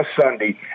Sunday